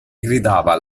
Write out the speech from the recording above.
gridava